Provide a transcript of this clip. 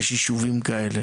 יש יישובים כאלה